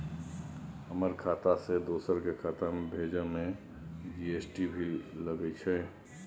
हमर खाता से दोसर के खाता में भेजै में जी.एस.टी भी लगैछे?